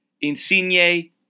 Insigne